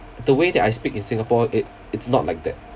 the way that I speak in singapore it it's not like that